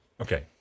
okay